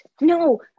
No